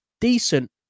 decent